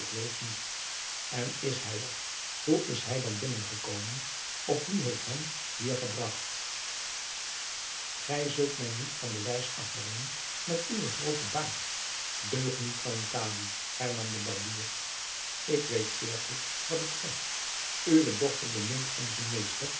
ik weet niet en is hij er hoe is hij dan binnen gekomen of wie heeft hem hier gebragt gij zult mij niet van de wijs afbrengen met uwen grooten baard deugniet van een kadi hernam de barbier ik weet zeer goed wat ik zeg uwe dochter bemint onzen meester